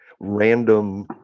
random